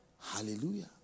Hallelujah